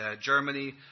Germany